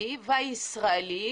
הערבי והישראלי,